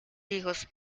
hijos